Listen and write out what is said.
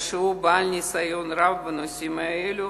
שהוא בעל ניסיון רב בנושאים האלה,